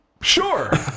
Sure